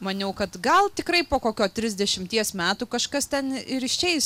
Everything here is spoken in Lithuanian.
maniau kad gal tikrai po kokio trisdešimties metų kažkas ten ir išeis